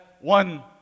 one